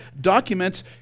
documents